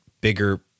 bigger